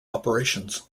operations